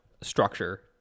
structure